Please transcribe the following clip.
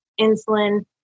insulin